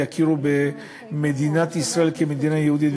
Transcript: יכירו במדינת ישראל כמדינה יהודית.